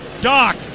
Doc